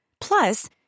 Plus